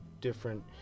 different